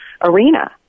arena